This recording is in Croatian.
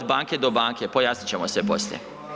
Od banke do banke, pojasnit ćemo sve poslije.